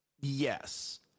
Yes